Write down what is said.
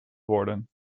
worden